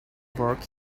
work